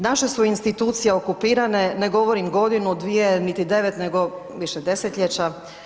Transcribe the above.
Naša su institucije okupirane, ne govorim godinu, dvije niti 9 nego više desetljeća.